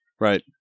Right